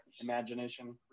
imagination